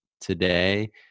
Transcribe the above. today